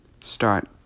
start